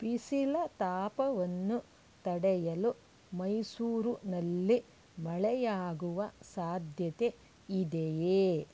ಬಿಸಿಲ ತಾಪವನ್ನು ತಡೆಯಲು ಮೈಸೂರಿನಲ್ಲಿ ಮಳೆಯಾಗುವ ಸಾಧ್ಯತೆ ಇದೆಯೇ